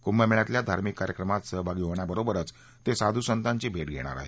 कुंभमेळ्यातल्या धार्मिक कार्यक्रमात सहभागी होण्याबरोबरच ते साधू संतांची भेट घेत आहेत